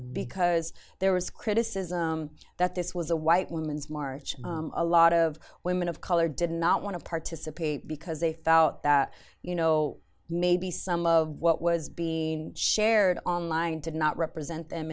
because there was criticism that this was a white woman's march a lot of women of color did not want to participate because they felt that you know maybe some of what was being shared online to not represent them